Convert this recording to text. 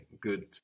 Good